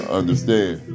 understand